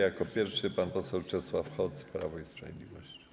Jako pierwszy pan poseł Czesław Hoc, Prawo i Sprawiedliwość.